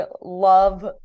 love